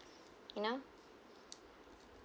you know